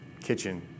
kitchen